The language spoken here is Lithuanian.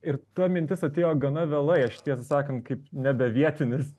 ir ta mintis atėjo gana vėlai aš tiesą sakant kaip nebe vietinis